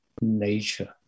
nature